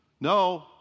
No